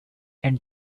and